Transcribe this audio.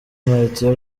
martin